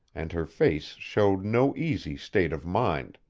and her face showed no easy state of mind.